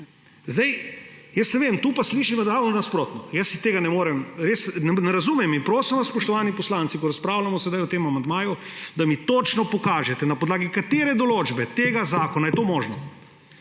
in podobnega. Tu pa slišim ravno nasprotno. Jaz tega res ne razumem in prosim vas, spoštovani poslanci, ko razpravljamo sedaj o tem amandmaju, da mi točno pokažete, na podlagi katere določbe tega zakona je to možno.